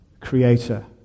creator